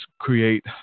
create